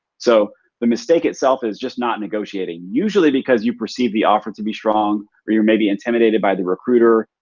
so the mistake itself is just not negotiating. usually because you perceive the offer to be strong or you're maybe intimidated by the recruiter.